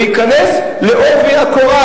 זה להיכנס בעובי הקורה,